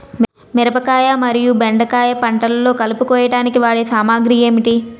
మిరపకాయ మరియు బెండకాయ పంటలో కలుపు కోయడానికి వాడే సామాగ్రి ఏమిటి?